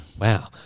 wow